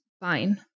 fine